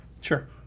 Sure